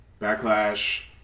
Backlash